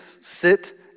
sit